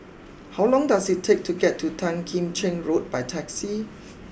how long does it take to get to Tan Kim Cheng Road by taxi